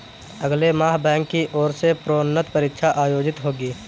अगले माह बैंक की ओर से प्रोन्नति परीक्षा आयोजित होगी